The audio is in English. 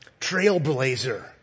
trailblazer